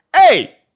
hey